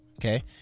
Okay